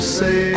say